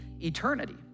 eternity